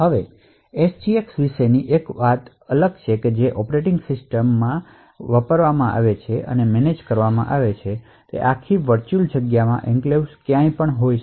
હવે SGX વિશેની અનોખી વાત એ છે કે ઑપરેટિંગ સિસ્ટમ પસંદ કરી શકે છે અને મેનેજ કરી શકે છે કે આખી વર્ચુઅલ જગ્યામાં એન્ક્લેવ્સ ક્યાં હોવી જોઈએ